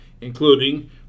including